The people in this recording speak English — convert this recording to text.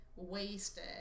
Wasted